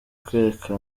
kwereka